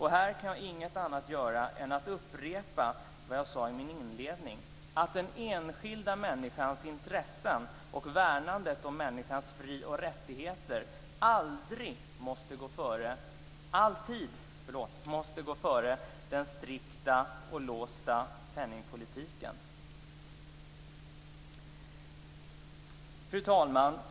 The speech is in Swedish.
Här kan jag inte göra annat än att upprepa vad jag sade i min inledning; att den enskilda människans intressen och värnandet av människans fri och rättigheter alltid måste gå före den strikta och låsta penningpolitiken. Fru talman!